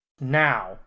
Now